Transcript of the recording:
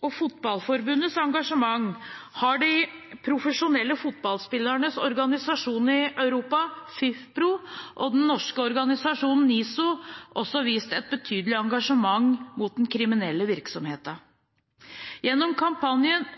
og Fotballforbundets engasjement må berømmes, har de profesjonelle fotballspillernes organisasjon i Europa – FIFPro – og den norske organisasjonen NISO også vist et betydelig engasjement mot den kriminelle virksomheten. Gjennom kampanjen